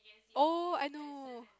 oh I know